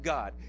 God